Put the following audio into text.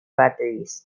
batteries